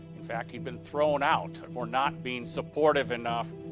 in fact, he'd been thrown out for not being supportive enough.